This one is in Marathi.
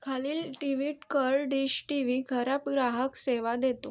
खालील टिविट कर डिश टी वी खराब ग्राहक सेवा देते